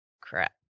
Crap